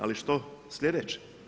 Ali, što sljedeće?